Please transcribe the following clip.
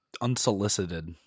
Unsolicited